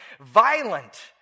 violent